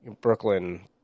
Brooklyn